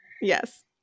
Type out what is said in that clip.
Yes